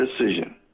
decision